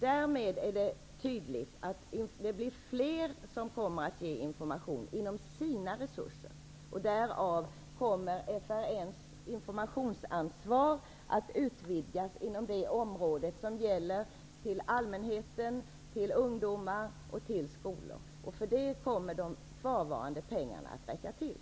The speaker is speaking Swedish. Därmed är det tydligt att det blir fler som kommer att ge information inom ramen för sina resurser. FRN:s informationsansvar kommer att utvidgas inom det område som gäller allmänhet, ungdomar och skolor. För detta kommer de kvarvarande pengarna att räcka till.